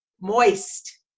moist